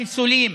בחיסולים,